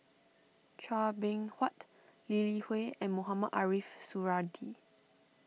Chua Beng Huat Lee Li Hui and Mohamed Ariff Suradi